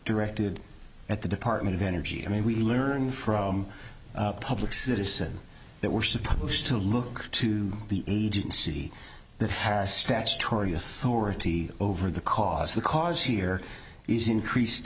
directed at the department of energy i mean we learn from public citizen that we're supposed to look to the agency that has statutory authority over the cost the cause here is increased